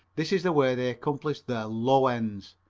this is the way they accomplished their low ends.